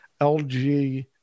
LG